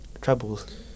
troubles